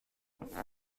they